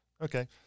Okay